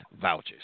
vouchers